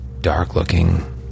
dark-looking